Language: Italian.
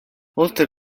oltre